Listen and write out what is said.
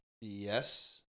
Yes